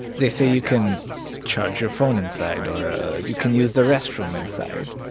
they say you can charge your phone inside, or ah you can use the restroom inside.